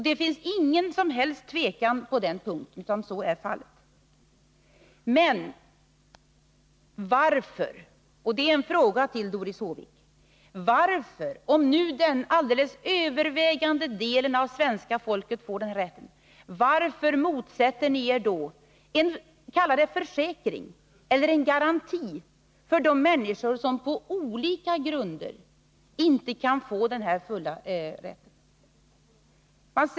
Det finns inget som helst tvivel på den punkten — så är fallet. Men varför går ni mot detta förslag? Det är en fråga till Doris Håvik. Om nu den alldeles övervägande delen av svenska folket får rätt till ATP, varför motsätter ni er — låt oss kalla det så — en garanti för de människor som på olika grunder inte kan få denna fulla rätt?